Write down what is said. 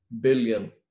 billion